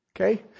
Okay